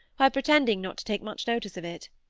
by pretending not to take much notice of it.